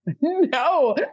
No